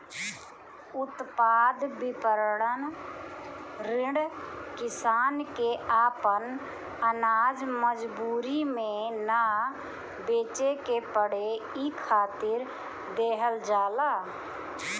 उत्पाद विपणन ऋण किसान के आपन आनाज मजबूरी में ना बेचे के पड़े इ खातिर देहल जाला